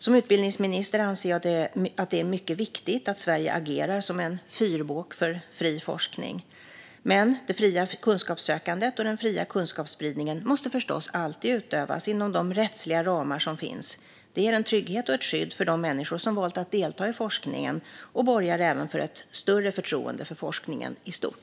Som utbildningsminister anser jag att det är mycket viktigt att Sverige agerar som en fyrbåk för fri forskning. Men det fria kunskapssökandet och den fria kunskapsspridningen måste förstås alltid utövas inom de rättsliga ramar som finns. Det ger en trygghet och ett skydd för de människor som valt att delta i forskningen och borgar även för ett större förtroende för forskningen i stort.